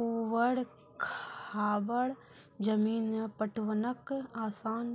ऊवर खाबड़ जमीन मे पटवनक आसान